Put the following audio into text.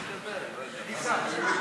בבקשה.